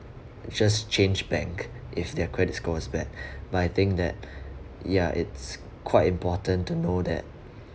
just change bank if their credit score is bad but I think that ya it's quite important to know that